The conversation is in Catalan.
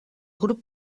grup